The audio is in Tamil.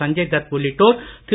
சஞ்சய் தத் உள்ளிட்டோர் திரு